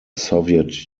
soviet